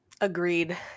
Agreed